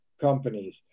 companies